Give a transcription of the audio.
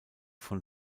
von